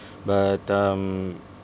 but um